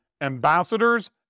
ambassadors